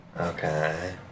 Okay